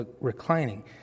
reclining